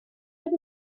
oedd